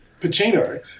Pacino